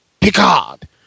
Picard